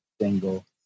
single